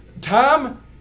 Tom